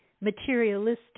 Materialistic